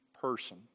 person